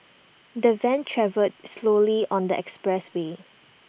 the van travelled slowly on the expressway